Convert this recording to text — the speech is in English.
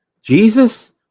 Jesus